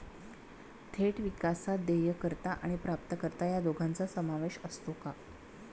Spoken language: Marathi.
थेट विकासात देयकर्ता आणि प्राप्तकर्ता या दोघांचा समावेश असतो का?